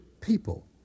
people